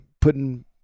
putting